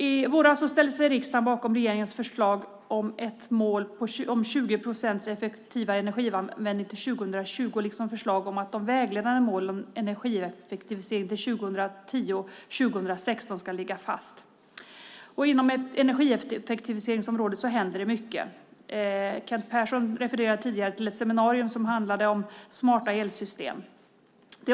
I våras ställde sig riksdagen bakom regeringens förslag om ett mål på 20 procents effektivare energianvändning till 2020 liksom förslag om att de vägledande målen om energieffektivisering till 2010 och 2016 ska ligga fast. Inom energieffektiviseringsområdet händer mycket. Kent Persson refererade tidigare till ett seminarium som handlade om smarta elsystem.